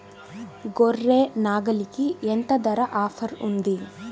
గొర్రె, నాగలికి ఎంత ధర ఆఫర్ ఉంది?